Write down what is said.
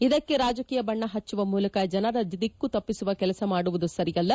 ಇದಕ್ಕೆ ರಾಜಕೀಯ ಬಣ್ಣ ಹಚ್ಚುವ ಮೂಲಕ ಜನರ ದಿಕ್ಕು ತಪ್ಪಿಸುವ ಕೆಲಸ ಮಾಡುವುದು ಸರಿಯಲ್ಲ